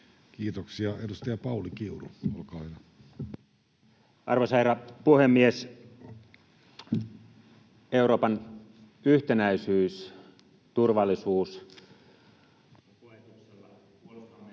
Kiitoksia. — Edustaja Pauli Kiuru, olkaa hyvä. Arvoisa herra puhemies! Euroopan yhtenäisyys ja turvallisuus